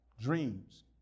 Dreams